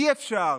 אי-אפשר,